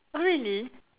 oh really